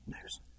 news